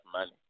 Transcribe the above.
money